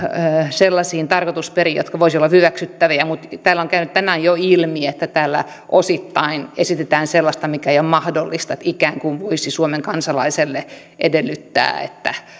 sellaisiin tarkoitusperiin jotka voisivat olla hyväksyttäviä mutta täällä on käynyt tänään jo ilmi että täällä osittain esitetään sellaista mikä ei ole mahdollista että ikään kuin voisi suomen kansalaiselta edellyttää että